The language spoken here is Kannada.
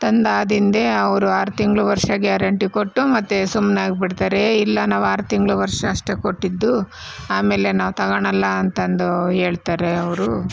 ತಂದಾದಿಂದೆ ಅವರು ಆರು ತಿಂಗಳು ವರ್ಷ ಗ್ಯಾರಂಟಿ ಕೊಟ್ಟು ಮತ್ತೆ ಸುಮ್ಮನಾಗಿ ಬಿಡ್ತಾರೆ ಏ ಇಲ್ಲ ನಾವು ಆರು ತಿಂಗಳು ವರ್ಷ ಅಷ್ಟೇ ಕೊಟ್ಟಿದ್ದು ಆಮೇಲೆ ನಾವು ತಗೋಳಲ್ಲ ಅಂತಂದು ಹೇಳ್ತಾರೆ ಅವರು